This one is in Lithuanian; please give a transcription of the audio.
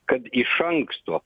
kad iš anksto